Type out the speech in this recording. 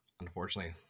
Unfortunately